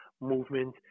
movement